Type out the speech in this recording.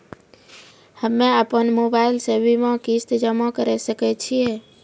हम्मे अपन मोबाइल से बीमा किस्त जमा करें सकय छियै?